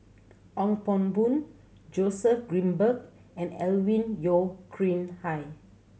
Ong Pang Boon Joseph Grimberg and Alvin Yeo Khirn Hai